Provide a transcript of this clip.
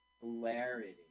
clarity